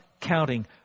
counting